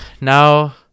now